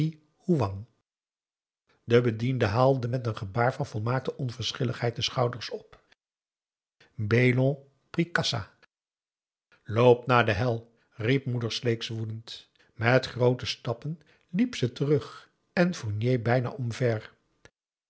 de bediende haalde met een gebaar van volmaakte onverschilligheid de schouders op b e l o n p r i k s a loop naar de hel riep moeder sleeks woedend met groote stappen liep ze terug en fournier bijna omver